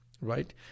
right